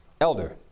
elder